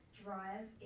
drive